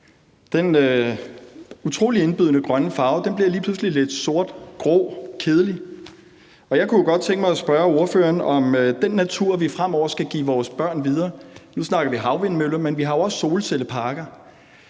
Den utrolig indbydende grønne farve bliver lige pludselig lidt sort, grå og kedelig. Jeg kunne godt tænke mig at spørge ordføreren om den natur, vi skal give videre til vores børn. Nu snakker vi havvindmøller, men vi har jo også solcelleparker.